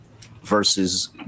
versus